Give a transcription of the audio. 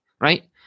right